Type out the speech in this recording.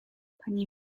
pani